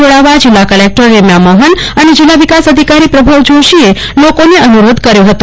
આ ઉજવણીમાં જોડાવા જિલ્લા કલેક ટર રેમ્યા મોહન અન જિલ્લા વિકાસ અધિકારી પ્રભવ જોષીએ લોકોને અનુરોધ કર્યો છે